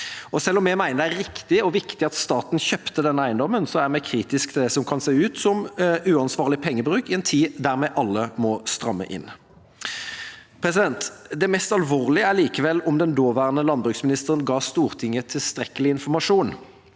Selv om vi mener det var riktig og viktig at staten kjøpte denne eiendommen, er vi kritiske til det som kan se ut som uansvarlig pengebruk, i en tid der vi alle må stramme inn. Det mest alvorlige er likevel hvorvidt den daværende landbruksministeren ga Stortinget tilstrekkelig informasjon.